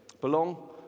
belong